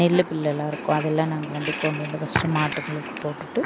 நெல்லு புல்லுலாம் இருக்கும் அதை எல்லாம் நாங்கள் வந்து கொண்டு வந்து ஃபர்ஸ்ட்டு மாட்டுங்களுக்கு போட்டுட்டு